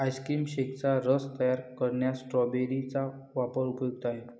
ice cream शेकचा रस तयार करण्यात स्ट्रॉबेरी चा वापर उपयुक्त आहे